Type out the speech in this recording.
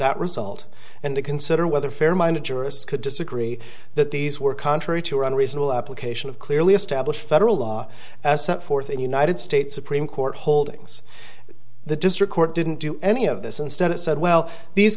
that result and to consider whether fair minded jurists could disagree that these were contrary to unreasonable application of clearly established federal law as set forth in united states supreme court holdings the district court didn't do any of this instead it said well these